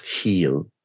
heal